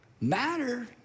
matter